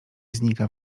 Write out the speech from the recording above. znika